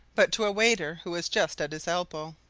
but to a waiter who was just at his elbow.